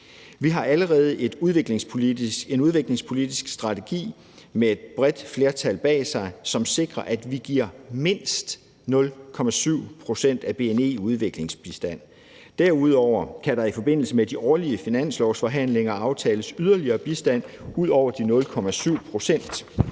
Vi har allerede en udviklingspolitisk strategi med et bredt flertal bag sig, som sikrer, at vi giver mindst 0,7 pct. af bni i udviklingsbistand. Derudover kan der i forbindelse med de årlige finanslovsforhandlinger aftales yderligere bistand ud over de 0,7 pct.